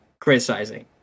criticizing